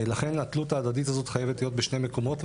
לכן התלות ההדדית הזו חייבת להיות בשני מקומות.